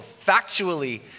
factually